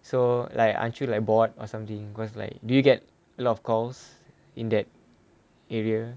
so like aren't you like bored or something cause like do you get a lot of calls in that area